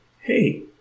hey